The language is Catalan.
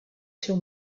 seu